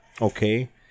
okay